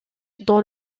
dans